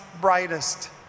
brightest